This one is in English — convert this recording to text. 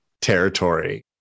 territory